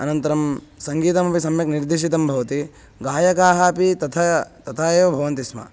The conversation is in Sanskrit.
अनन्तरं सङ्गीतमपि सम्यक् निर्दिशितं भवति गायकाः अपि तथा तथा एव भवन्ति स्म